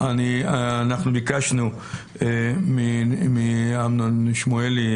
ביקשנו מאמנון שמואלי,